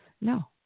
No